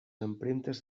empremtes